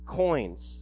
coins